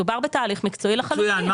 מדובר בתהליך מקצועי לחלוטין.